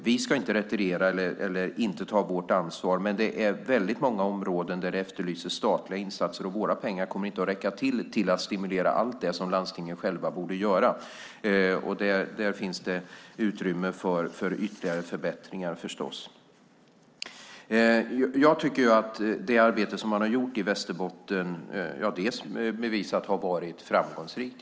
Vi ska inte retirera eller frångå vårt ansvar, men det efterlyses statliga insatser på väldigt många områden och våra pengar kommer inte att räcka till att stimulera allt det som landstingen själva borde göra. Där finns det självfallet utrymme för ytterligare förbättringar. Det arbete som gjorts i Västerbotten har bevisligen varit framgångsrikt.